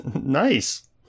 Nice